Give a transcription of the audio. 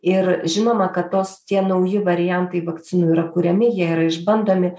ir žinoma kad tos tie nauji variantai vakcinų yra kuriami jie yra išbandomi